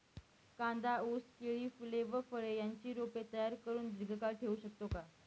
कांदा, ऊस, केळी, फूले व फळे यांची रोपे तयार करुन दिर्घकाळ ठेवू शकतो का?